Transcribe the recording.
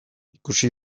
ikusi